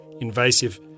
invasive